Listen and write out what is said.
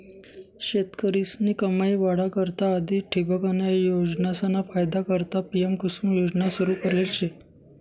शेतकरीस्नी कमाई वाढा करता आधी ठिबकन्या योजनासना फायदा करता पी.एम.कुसुम योजना सुरू करेल शे